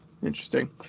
Interesting